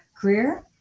career